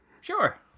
Sure